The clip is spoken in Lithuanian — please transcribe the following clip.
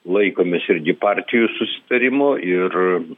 laikomės irgi partijų susitarimo ir